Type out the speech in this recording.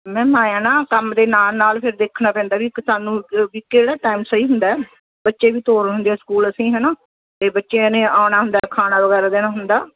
ma'am ਐਂ ਆ ਨਾ ਕੰਮ ਦੇ ਨਾਲ ਨਾਲ ਫਿਰ ਦੇਖਣਾ ਪੈਂਦਾ ਵੀ ਇੱਕ ਸਾਨੂੰ ਵੀ ਕਿਹੜਾ ਟਾਈਮ ਸਹੀ ਹੁੰਦਾ ਬੱਚੇ ਵੀ ਤੋਰ ਹੁੰਦੇ ਆ ਸਕੂਲ ਅਸੀਂ ਹੈ ਨਾ ਅਤੇ ਬੱਚਿਆਂ ਨੇ ਆਉਣਾ ਹੁੰਦਾ ਖਾਣਾ ਵਗੈਰਾ ਦੇਣਾ ਹੁੰਦਾ